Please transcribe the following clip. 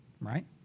Right